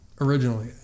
originally